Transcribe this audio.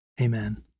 Amen